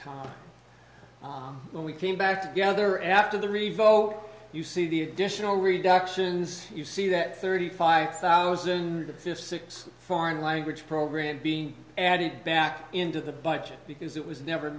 time when we came back together after the revoke you see the additional reductions you see that thirty five thousand to fifty six foreign language programs being added back into the budget because it was never